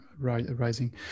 rising